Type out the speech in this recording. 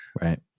Right